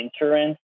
insurance